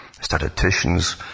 statisticians